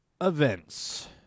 events